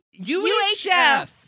UHF